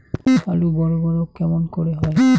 আলু বড় বড় কেমন করে হয়?